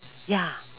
ya